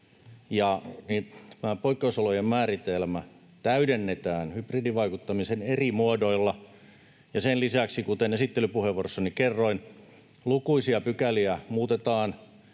Tämä poikkeusolojen määritelmä täydennetään hybridivaikuttamisen eri muodoilla ja sen lisäksi, kuten esittelypuheenvuorossani kerroin, lukuisia pykäliä muutetaan,